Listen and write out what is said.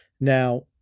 Now